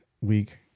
week